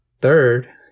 Third